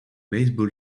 baseball